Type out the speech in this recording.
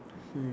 hmm